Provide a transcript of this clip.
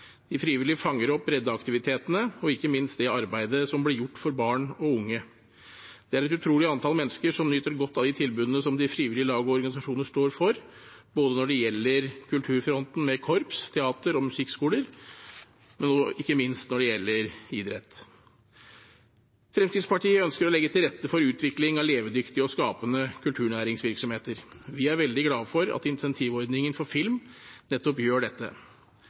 De frivillige fanger opp breddeaktivitetene og ikke minst det arbeidet som blir gjort for barn og unge. Det er et utrolig antall mennesker som nyter godt av de tilbudene som frivillige lag og organisasjoner står for, både når det gjelder kulturfronten med korps, teater og musikkskoler, og – ikke minst – når det gjelder idrett. Fremskrittspartiet ønsker å legge til rette for utvikling av levedyktige og skapende kulturnæringsvirksomheter. Vi er veldig glade for at incentivordningen for film nettopp gjør dette.